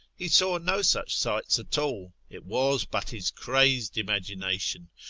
he saw no such sights at all, it was but his crazed imagination.